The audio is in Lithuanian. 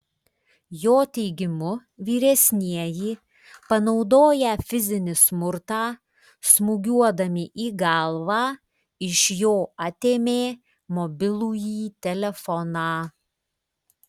jo teigimu vyresnieji panaudoję fizinį smurtą smūgiuodami į galvą iš jo atėmė mobilųjį telefoną